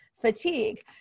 fatigue